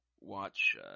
watch –